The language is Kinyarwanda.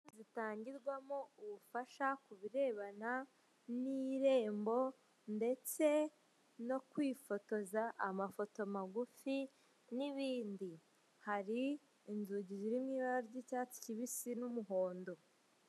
Zitangirwamo ubufasha ku birebana n'irembo ndetse no kwifotoza amafoto magufi n'ibindi, hari inzugi ziri mu ibara ry'icyatsi kibisi n'umuhondo.